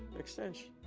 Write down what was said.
extension.